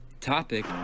topic